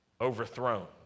Overthrown